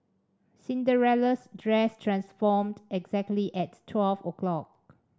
Cinderella's dress transformed exactly at twelve o'clock